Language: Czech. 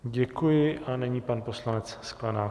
Děkuji a nyní pan poslanec Sklenák.